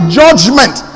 judgment